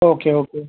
okay okay